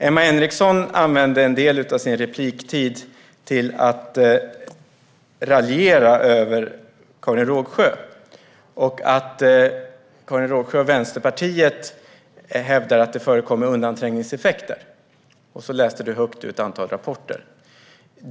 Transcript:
Emma Henriksson använde en del av sin repliktid till att raljera över Karin Rågsjö och över att Karin Rågsjö och Vänsterpartiet hävdar att det förekommer undanträngningseffekter. Hon läste också högt ur ett antal rapporter.